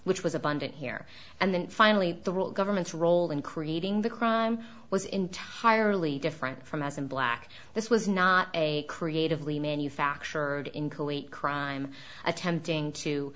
which was abundant here and then finally the role government's role in creating the crime was entirely different from as in black this was not a creatively manufactured in kuwait crime attempting to